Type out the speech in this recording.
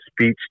speech